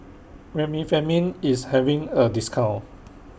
Remifemin IS having A discount